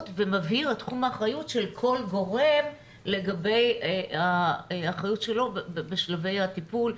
ומבהיר את תחום האחריות של כל גורם לגבי האחריות שלו בשלבי הטיפול,